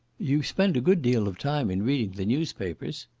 you spend a good deal of time in reading the newspapers.